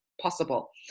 possible